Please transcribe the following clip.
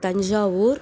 Thanjavur